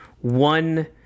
one